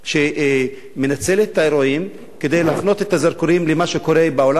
שמנצלת את האירועים כדי להפנות את הזרקורים למה שקורה בעולם הערבי,